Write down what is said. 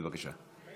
בבקשה.